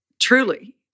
Truly